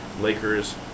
Lakers